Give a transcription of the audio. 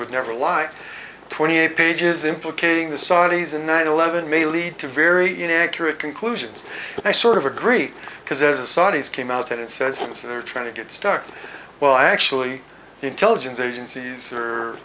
would never lie twenty eight pages implicating the saudis and nine eleven may lead to very inaccurate conclusions but i sort of agree because as the saudis came out and said since they're trying to get stuck well actually the intelligence agencies